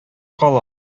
кала